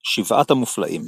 שבעת המופלאים